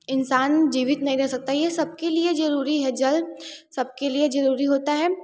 इंसान जीवित नहीं रह सकता ये सबके लिए जरूरी है जल सबके लिए जरूरी होता है